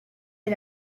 est